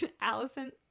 Allison